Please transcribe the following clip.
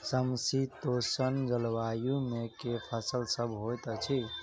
समशीतोष्ण जलवायु मे केँ फसल सब होइत अछि?